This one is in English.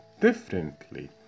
differently